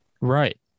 Right